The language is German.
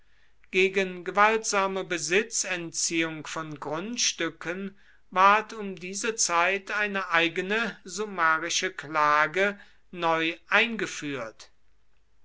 gegen gewaltsame besitzentziehung von grundstücken ward um diese zeit eine eigene summarische klage neu eingeführt